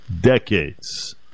decades